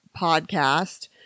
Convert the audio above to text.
podcast